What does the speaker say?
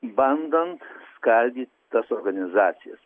bandant skaldy tas organizacijas